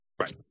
Right